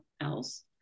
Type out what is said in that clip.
else